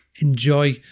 enjoy